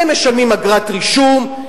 הם משלמים אגרת רישום,